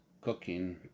cooking